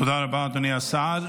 תודה רבה, אדוני השר.